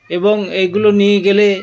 এবং এইগুলো নিয়ে গেলে